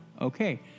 Okay